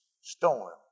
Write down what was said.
storm